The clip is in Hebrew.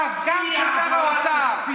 אתה סגן של שר האוצר.